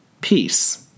Peace